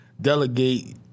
delegate